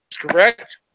correct